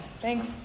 thanks